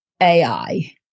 AI